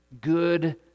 good